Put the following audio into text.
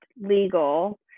legal